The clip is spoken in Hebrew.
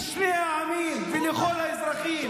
שקרנים, לשני העמים ולכל האזרחים.